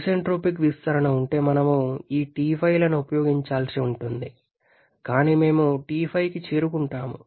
isentropic విస్తరణ ఉంటే మనం ఈ T5లను ఉపయోగించాల్సి ఉంటుంది కానీ మేము T5కి చేరుకుంటాము